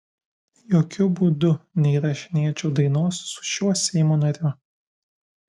jokiu būdu neįrašinėčiau dainos su šiuo seimo nariu